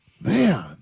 Man